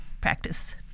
practice